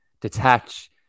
detach